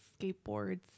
skateboards